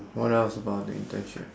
what else about the internship